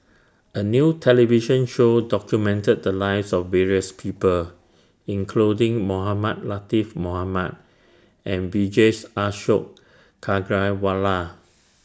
A New television Show documented The Lives of various People including Mohamed Latiff Mohamed and Vijesh Ashok Ghariwala